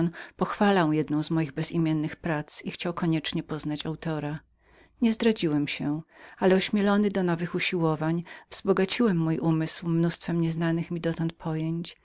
pochwalał jedną z moich bezimiennych prac i chciał koniecznie poznać autora nie odkryłem się ale ośmielony do nowych usiłowań wzbogaciłem mój umysł massą nieznanych mi dotąd pojęć